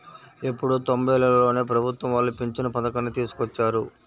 ఎప్పుడో తొంబైలలోనే ప్రభుత్వం వాళ్ళు పింఛను పథకాన్ని తీసుకొచ్చారు